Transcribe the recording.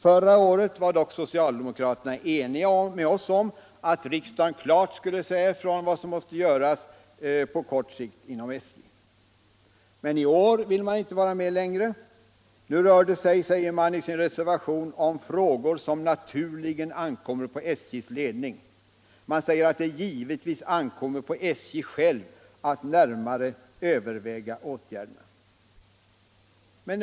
Förra året var dock socialdemokraterna eniga med oss om att riksdagen klart skulle säga ifrån vad som på kort sikt måste göras inom SJ. Men i år vill man inte vara med längre. Nu rör det sig, säger man i sin reservation, om frågor som naturligen ankommer på SJ:s ledning. Man säger att det givetvis ankommer på SJ självt att närmare överväga åtgärderna.